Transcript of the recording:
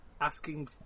asking